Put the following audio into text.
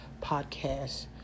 podcast